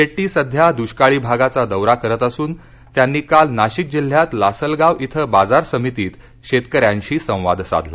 शेट्टी सध्या दृष्काळी भागाचा दौरा करत असून त्यांनी काल नाशिक जिल्ह्यात लासलगाव इथं बाजार समितीत शेतकऱ्यांशी संवाद साधला